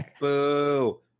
boo